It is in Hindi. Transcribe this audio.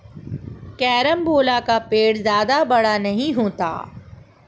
कैरमबोला का पेड़ जादा बड़ा नहीं होता